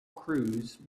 cruise